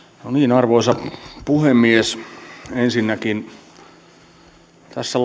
arvoisa puhemies ensinnäkin tässä